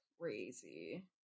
Crazy